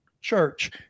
Church